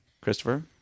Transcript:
Christopher